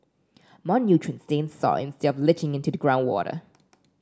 more nutrients stay in the soil instead of leaching into the groundwater